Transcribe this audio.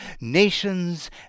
nations